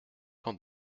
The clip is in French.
qu’en